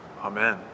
amen